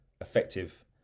effective